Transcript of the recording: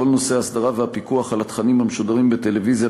כל נושא ההסדרה והפיקוח על התכנים המשודרים בטלוויזיה,